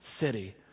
city